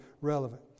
relevant